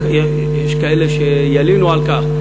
ויש כאלה שילינו על כך,